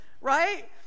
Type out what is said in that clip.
right